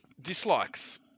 dislikes